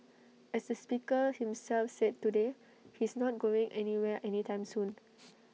as the speaker himself said today he's not going anywhere any time soon